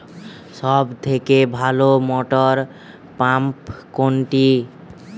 সবথেকে ভালো মটরপাম্প কোনটি?